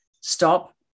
stop